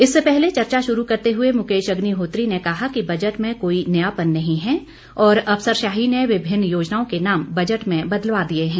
इससे पहले चर्चा शुरू करते हुए मुकेश अग्निहोत्री ने कहा कि बजट में कोई नयापन नहीं है और अफसरशाही ने विभिन्न योजनाओं के नाम बजट में बदलवा दिए हैं